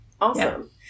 Awesome